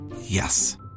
Yes